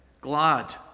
glad